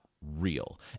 real